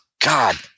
God